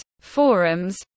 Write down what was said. forums